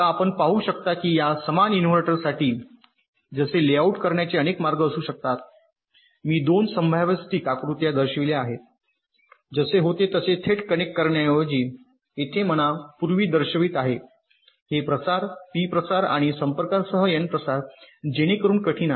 आता आपण पाहू शकता की या समान इन्व्हर्टरसाठी येथे जसे लेआउट करण्याचे अनेक मार्ग असू शकतात मी दोन संभाव्य स्टिक आकृत्या दर्शविल्या आहेत जसे होते तसे थेट कनेक्ट करण्याऐवजी येथे म्हणा पूर्वी दर्शवित आहे हे प्रसार पी प्रसार आणि संपर्कासह एन प्रसार जेणेकरून कठीण आहे